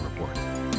Report